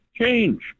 Change